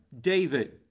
david